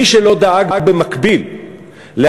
מי שלא דאג במקביל להכנסות,